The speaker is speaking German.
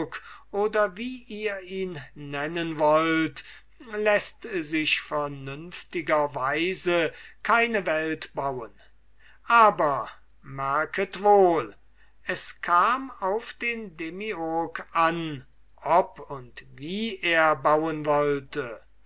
oder wie ihr ihn nennen wollt läßt sich vernünftiger weise keine welt bauen aber merket wohl es kam auf den demiurg an ob er bauen wollte